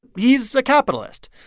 he's a capitalist.